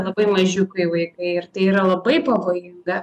labai mažiukai vaikai ir tai yra labai pavojinga